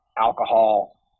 alcohol